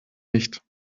nicht